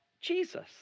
Jesus